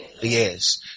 Yes